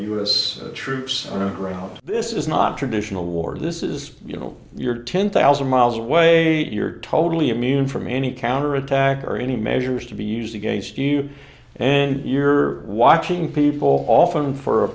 ground this is not traditional war this is you know you're ten thousand miles away you're totally immune from any counter attack or any measures to be used against you and you're watching people often for a